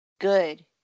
good